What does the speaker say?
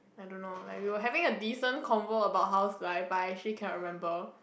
I don't know like we were having a decent convo about how's life but I actually cannot remember